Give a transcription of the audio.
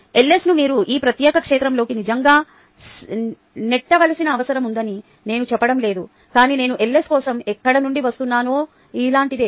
LS ను మీరు ఈ ప్రత్యేక క్షేత్రంలోకి నిజంగా నెట్టవలసిన అవసరం ఉందని నేను చెప్పడం లేదు కాని నేను LS కోసం ఎక్కడ నుండి వస్తున్నానో ఇలాంటిదే